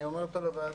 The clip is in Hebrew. אני אומר עכשיו לוועדה.